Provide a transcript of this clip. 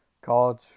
college